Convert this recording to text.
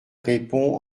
répond